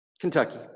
Kentucky